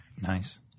Nice